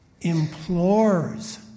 implores